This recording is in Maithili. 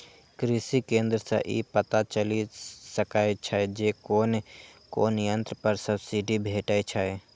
कृषि केंद्र सं ई पता चलि सकै छै जे कोन कोन यंत्र पर सब्सिडी भेटै छै